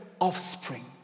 offspring